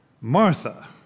Martha